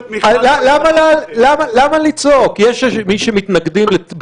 יש המתנגדים לאי-חוקיות,